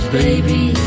baby